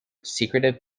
secretive